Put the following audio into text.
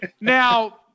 Now